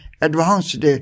advanced